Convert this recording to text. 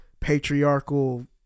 patriarchal